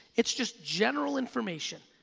it's just general information,